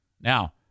Now